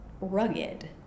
rugged